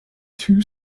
two